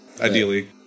Ideally